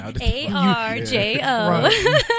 A-R-J-O